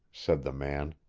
said the man.